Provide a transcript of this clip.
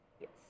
yes